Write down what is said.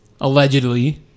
allegedly